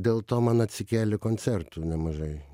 dėl to man atsikėlė koncertų nemažai